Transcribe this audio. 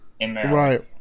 Right